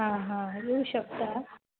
हां हां येऊ शकता